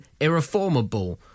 irreformable